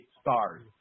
stars